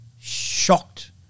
shocked